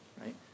right